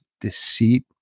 deceit